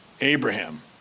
Abraham